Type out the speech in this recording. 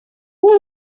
who